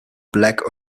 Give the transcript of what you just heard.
black